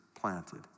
planted